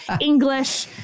English